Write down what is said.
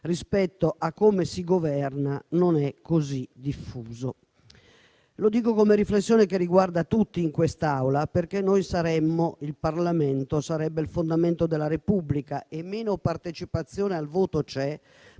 rispetto a come si governa non è così diffuso. Lo dico come riflessione che riguarda tutti in quest'Aula, perché noi saremmo il Parlamento, che sarebbe il fondamento della Repubblica. Meno partecipazione al voto c'è,